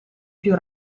più